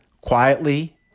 quietly